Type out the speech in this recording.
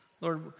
Lord